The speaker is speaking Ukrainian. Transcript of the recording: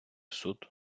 суд